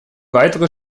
weitere